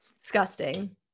Disgusting